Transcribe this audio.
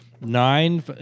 Nine